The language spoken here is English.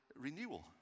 renewal